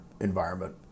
environment